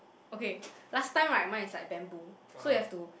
okay last time right mine is like bamboo so you have to